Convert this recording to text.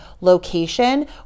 location